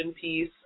piece